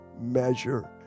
measure